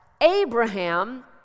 Abraham